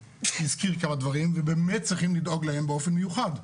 הזכיר כמה דברים ובאמת צריכים לדאוג להם באופן מיוחד.